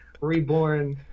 reborn